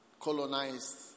colonized